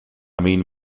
mean